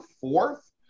fourth